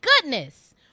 goodness